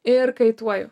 ir kaituoju